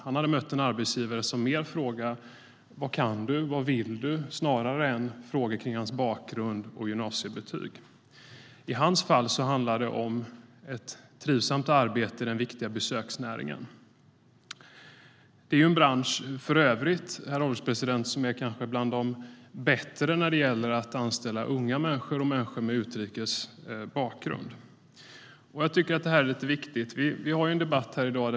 Han hade mött en arbetsgivare som frågade vad han kunde och ville snarare än hur hans bakgrund och gymnasiebetyg såg ut. STYLEREF Kantrubrik \* MERGEFORMAT NäringspolitikJag tycker att det här är viktigt.